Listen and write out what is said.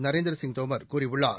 நரேந்திர சிங் தோமர் கூறியுள்ளார்